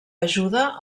ajuda